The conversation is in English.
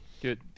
Good